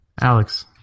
Alex